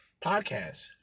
podcast